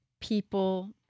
people